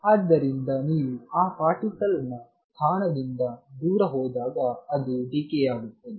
ಆದ್ದರಿಂದ ನೀವು ಆ ಪಾರ್ಟಿಕಲ್ ನ ಸ್ಥಾನದಿಂದ ದೂರ ಹೋದಾಗ ಅದು ಡಿಕೆ ಆಗುತ್ತದೆ